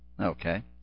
Okay